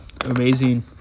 amazing